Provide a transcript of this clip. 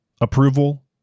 Approval